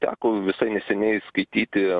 teko visai neseniai